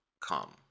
come